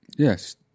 yes